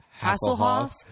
Hasselhoff